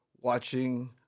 watching